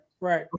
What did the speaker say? right